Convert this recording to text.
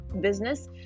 business